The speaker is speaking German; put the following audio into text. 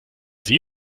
sie